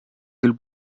küll